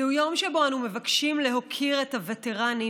זהו יום שבו אנו מבקשים להוקיר את הווטרנים,